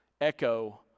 echo